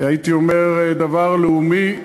הייתי אומר, דבר לאומי,